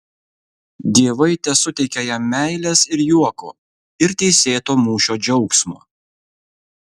dievai tesuteikia jam meilės ir juoko ir teisėto mūšio džiaugsmo